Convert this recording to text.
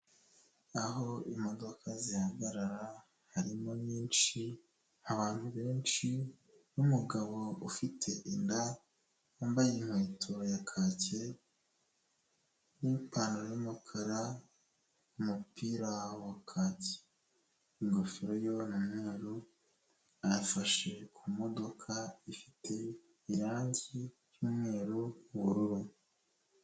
Aho imodoka zihagarara harimo nyinshi, abantu benshi n'umugabo ufite inda, wambaye inkweto ya kaki, n'ipantaro y'umukara, umupira wa kaki, ingofero yo ni umweru, afashe ku modoka ifite irangi ry'umweru, ubururu.